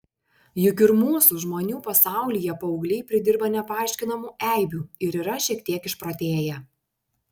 juk ir mūsų žmonių pasaulyje paaugliai pridirba nepaaiškinamų eibių ir yra šiek tiek išprotėję